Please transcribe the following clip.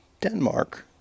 Denmark